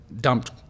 dumped